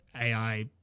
AI